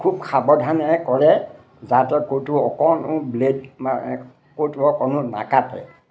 খুব সাৱধানেৰে কৰে যাতে ক'তো অকণো ব্লেড মানে ক'তো কোনো নাকাটে